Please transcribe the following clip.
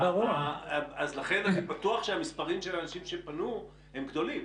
אז לכן אני בטוח שהמספרים של אנשים שפנו הם גדולים.